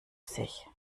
sich